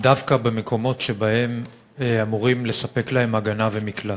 דווקא במקומות שבהם אמורים לספק להם הגנה ומקלט.